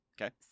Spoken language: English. Okay